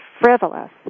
frivolous